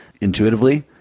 intuitively